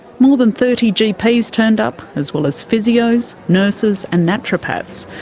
more than thirty gps turned up, as well as physios, nurses and naturopaths.